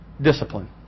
discipline